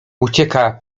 ucieka